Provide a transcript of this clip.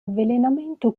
avvelenamento